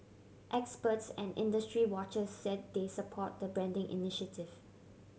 experts and industry watchers said they support the branding initiative